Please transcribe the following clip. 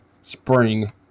spring